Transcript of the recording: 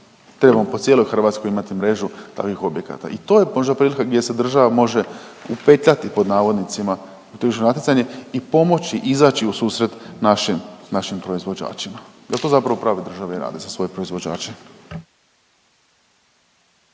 Trebamo po cijeloj Hrvatskoj imati mrežu takvih objekata. I to je možda prilika gdje se država može upetljati pod navodnicima na tržišno natjecanje i pomoći izaći u susret našim, našim proizvođačima. Jer to zapravo prave države i rade za svoje proizvođače.